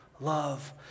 love